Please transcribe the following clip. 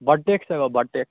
vortex ꯍꯥꯏꯕ vortex